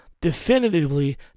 definitively